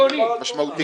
הוזלה משמעותית.